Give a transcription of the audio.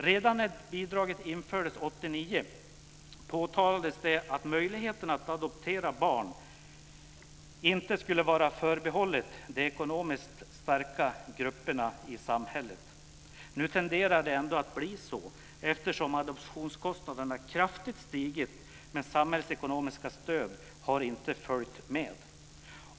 Redan när bidraget infördes 1989 påtalades det att möjligheterna att adoptera barn inte skulle vara förbehållet de ekonomiskt starka grupperna i samhället. Nu tenderar det ändå att bli så, eftersom adoptionskostnaderna kraftigt stigit. Men samhällets ekonomiska stöd har inte följt med.